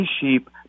sheep